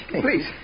Please